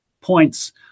points